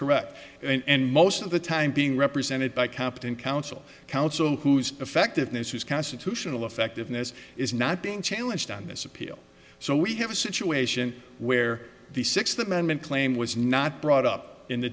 correct and most of the time being represented by competent counsel counsel whose effectiveness was constitutional effectiveness is not being challenged on this appeal so we have a situation where the sixth amendment claim was not brought up in the